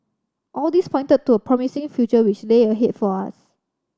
all this pointed to a promising future which lay ahead for us